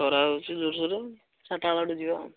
ଖରା ହେଉଛି ଜୋର ସୋର ଚାରିଟା ବେଳକୁ ଯିବା